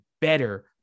better